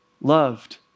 loved